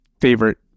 favorite